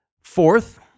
Fourth